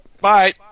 Bye